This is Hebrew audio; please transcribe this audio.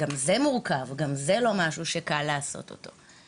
שזה גם מורכב, זה גם דבר שלא פשוט לעשות אותו.